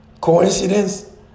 Coincidence